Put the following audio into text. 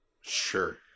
Sure